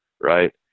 right